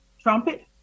trumpet